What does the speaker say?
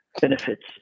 benefits